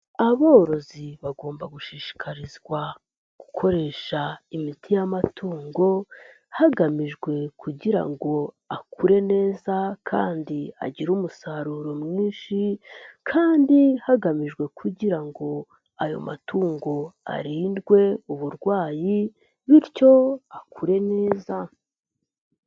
Aborozi bagomba gushishikarizwa gukoresha imiti y'amatungo hagamijwe kugira ngo akure neza kandi agire umusaruro mwinshi kandi hagamijwe kugira ngo ayo matungo arindwe uburwayi bityo akure neza.